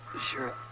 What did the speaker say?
Sure